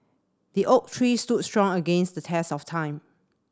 the oak tree stood strong against the test of time